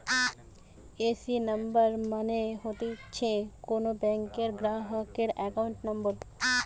AC number মানে হতিছে কোন ব্যাংকের গ্রাহকের একাউন্ট নম্বর